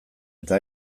eta